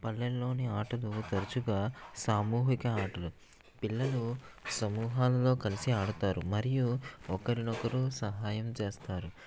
పల్లెల్లోని ఆటలు తరచుగా సామూహిక ఆటలు పిల్లలు సమూహాలుగా కలిసి ఆడతారు మరియు ఒకరినొకరు సహాయం చేస్తారు